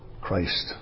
Christ